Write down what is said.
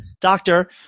Doctor